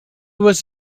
was